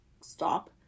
stop